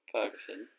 Ferguson